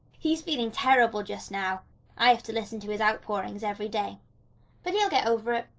he is feeling terribly just now i have to listen to his outpourings every day but he'll get over it.